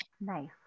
Nice